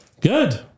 Good